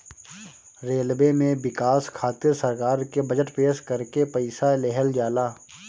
railway में बिकास खातिर सरकार के बजट पेश करके पईसा लेहल जाला